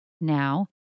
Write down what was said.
Now